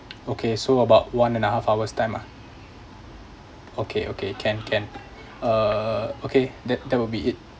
okay so about one and a half hours time ah okay okay can can uh okay that that will be it